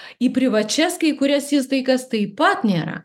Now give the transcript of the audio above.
į privačias kai kurias įstaigas taip pat nėra